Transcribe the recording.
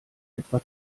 etwa